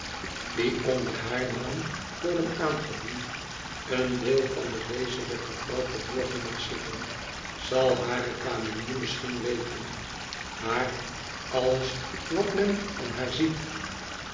die onder haar naam worden aangediend een deel van de wezelijke vrouw verborgen mag zitten zal hare kamenier misschien weten maar alles wat men van haar ziet